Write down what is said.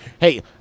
Hey